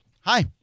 Hi